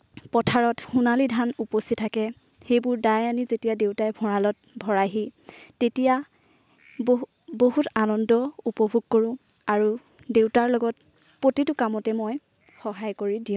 পথাৰত সোণালী ধান উপচি থাকে সেইবোৰ দাই আনি যেতিয়া দেউতাই ভঁৰালত ভৰাইহি তেতিয়া বহু বহুত আনন্দ উপভোগ কৰোঁ আৰু দেউতাৰ লগত প্ৰতিটো কামতে মই সহায় কৰি দিওঁ